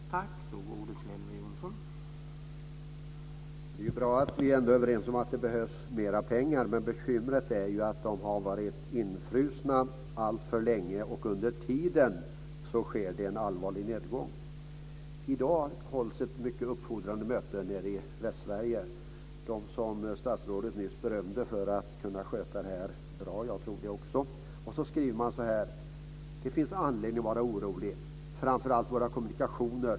Herr talman! Det är bra att vi ändå är överens om att det behövs mer pengar. Men bekymret är ju att de har varit infrusna alltför länge. Och under tiden sker det en allvarlig nedgång. I dag hålls ett mycket uppfordrande möte nere i Västsverige, som statsrådet nyss berömde för att kunna sköta detta bra, vilket jag också tror. Man skriver att det finns anledning att vara orolig, framför allt för våra kommunikationer.